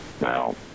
Now